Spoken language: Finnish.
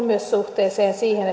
myös siihen